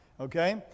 Okay